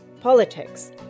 Politics